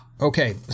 okay